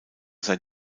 sei